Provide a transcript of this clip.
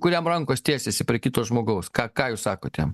kuriam rankos tiesiasi prie kito žmogaus ką ką jūs sakot jam